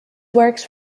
works